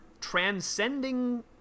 transcending